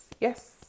Yes